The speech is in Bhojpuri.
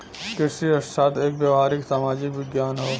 कृषि अर्थशास्त्र एक व्यावहारिक सामाजिक विज्ञान हौ